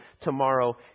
tomorrow